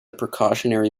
precautionary